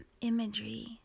imagery